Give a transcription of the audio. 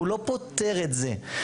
הוא לא פותר את זה,